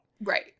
Right